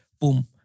Boom